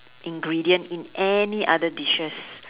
ingredient in any other dishes